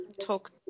talk